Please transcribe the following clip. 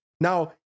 Now